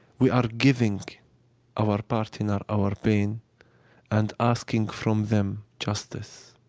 we are giving of our part in our our pain, and asking from them justice.